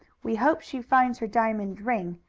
we hope she finds her diamond ring,